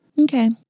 Okay